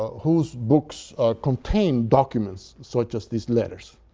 whose books contain documents, such as these letters,